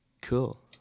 Cool